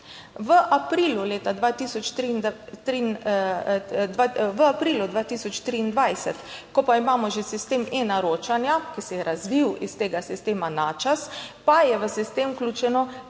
v aprilu 2023, ko pa imamo že sistem eNaročanja, ki se je razvil iz tega sistema Načas, pa je v sistem vključeno